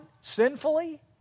sinfully